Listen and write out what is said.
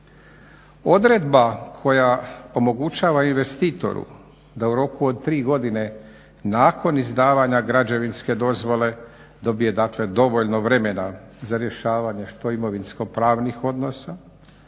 Odredba koja omogućava investitoru da u roku od 3 godine nakon izdavanja građevinske dozvole dobije dakle dovoljno vremena za rješavanje što imovinsko-pravnih odnosa,